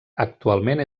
actualment